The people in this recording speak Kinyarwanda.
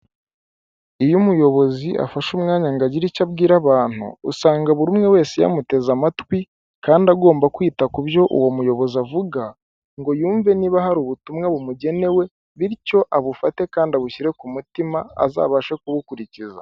Iyo umuyobozi afashe umwanya ngo agire icyo abwira abantu usanga buri umwe wese yamuteze amatwi kandi agomba kwita ku byo uwo muyobozi avuga ngo yumve niba hari ubutumwa bumugenewe bityo abufate kandi abushyire ku mutima azabashe kuwukurikiza.